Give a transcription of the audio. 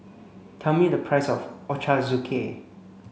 tell me the price of Ochazuke